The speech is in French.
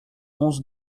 onze